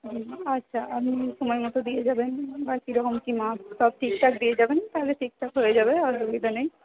হ্যাঁ আচ্ছা আপনি সময় মতো দিয়ে যাবেন আর কীরকম কি মাপ সব ঠিকঠাক দিয়ে যাবেন তাহলে ঠিকঠাক হয়ে যাবে অসুবিধা নেই